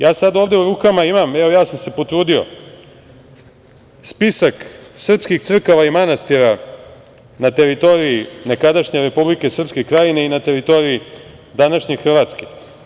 Ja sada ovde u rukama imam, potrudio sam se, spisak srpskih crkava i manastira na teritoriji nekadašnje Republike Srpske Krajine i na teritoriji današnje Hrvatske.